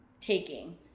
taking